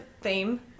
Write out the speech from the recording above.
theme